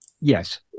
Yes